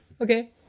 Okay